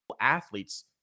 athletes